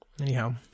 anyhow